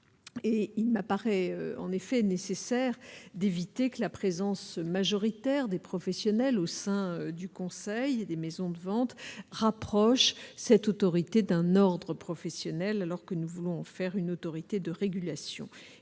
et il ne m'apparaît en effet nécessaire d'éviter que la présence majoritaire des professionnels au sein du Conseil des maisons de vente rapproche cette autorité d'un ordre professionnel, alors que nous voulons faire une autorité de régulation